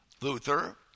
Luther